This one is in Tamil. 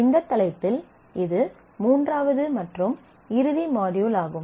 இந்த தலைப்பில் இது மூன்றாவது மற்றும் இறுதி மாட்யூல் ஆகும்